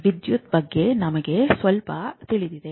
ವಿದ್ಯುತ್ ಬಗ್ಗೆ ನಮಗೆ ಸ್ವಲ್ಪ ತಿಳಿದಿದೆ